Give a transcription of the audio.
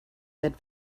that